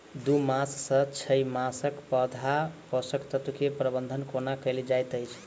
दू मास सँ छै मासक पौधा मे पोसक तत्त्व केँ प्रबंधन कोना कएल जाइत अछि?